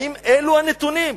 האם אלה הנתונים,